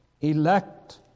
elect